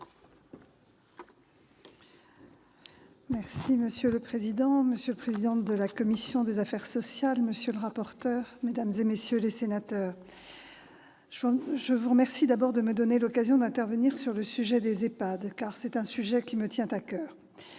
Monsieur le président, monsieur le président de la commission des affaires sociales, monsieur le rapporteur, mesdames, messieurs les sénateurs, je vous remercie de me donner l'occasion d'intervenir sur le sujet des EHPAD, car c'est un sujet qui me tient à coeur.